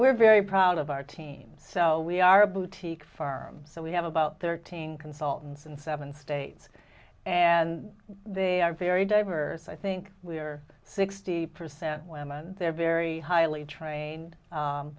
we're very proud of our team so we are a boutique farm so we have about thirteen consultants in seven states and the are very diverse i think we are sixty percent women they're very highly trained